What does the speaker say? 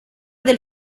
del